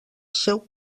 seu